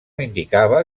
indicava